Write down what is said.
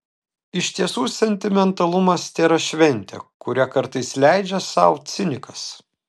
iš tiesų sentimentalumas tėra šventė kurią kartais leidžia sau cinikas